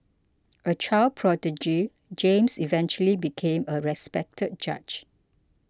a child prodigy James eventually became a respected judge